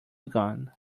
gone